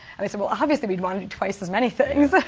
and they said well obviously we'd want to do twice as many things.